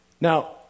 Now